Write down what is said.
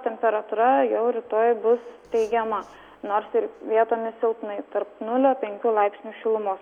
temperatūra jau rytoj bus teigiama nors ir vietomis silpnai tarp nulio penkių laipsnių šilumos